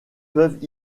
peuvent